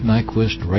Nyquist